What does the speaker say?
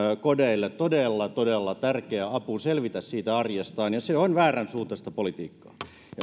kodeille todella todella tärkeä apu selvitä arjestaan ja se on vääränsuuntaista politiikkaa